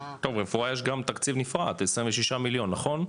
טוב, לרפואה יש גם תקציב נפרד, 26 מיליון נכון?